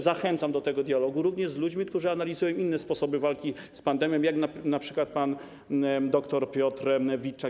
Zachęcam do dialogu również z ludźmi, którzy analizują inne sposoby walki z pandemią, jak np. pan doktor Piotr Witczak.